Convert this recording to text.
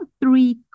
three